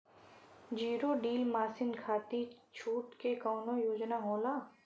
Zero deal मासिन खाती छूट के कवन योजना होला?